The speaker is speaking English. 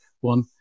one